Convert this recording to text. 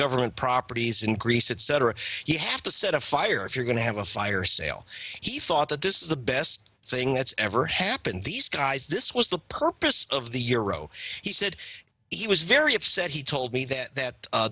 government properties in greece etc you have to set a fire if you're going to have a fire sale he thought that this is the best thing that's ever happened these guys this was the purpose of the euro he said he was very upset he told me that that